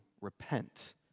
Repent